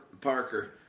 Parker